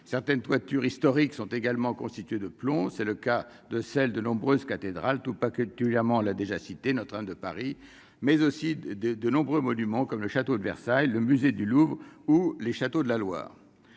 certaines toitures historiques sont également constitués de plomb, c'est le cas de celle de nombreuses cathédrale tout pas culturellement là déjà citée notre hein de Paris mais aussi de de nombreux monuments comme le château de Versailles, le musée du Louvre où les châteaux de la Loire,